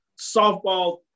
Softball